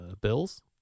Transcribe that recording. Bills